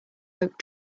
oak